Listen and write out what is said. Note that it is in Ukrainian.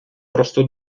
просто